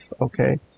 Okay